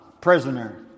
prisoner